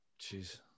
Jeez